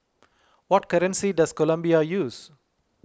what currency does Colombia use